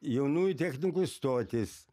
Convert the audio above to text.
jaunųjų technikų stotys